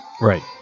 right